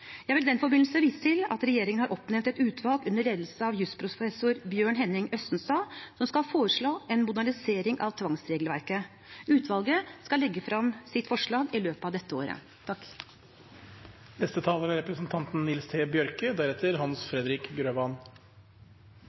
Jeg vil i den forbindelse vise til at regjeringen har oppnevnt et utvalg under ledelse av jusprofessor Bjørn Henning Østenstad som skal foreslå en modernisering av tvangsregelverket. Utvalget skal legge frem sitt forslag i løpet av dette året. Eg vil starta med å takka saksordføraren. Eg er heilt einig i framstillinga hans